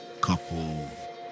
couple